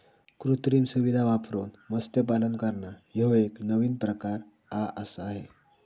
कृत्रिम सुविधां वापरून मत्स्यपालन करना ह्यो एक नवीन प्रकार आआसा हे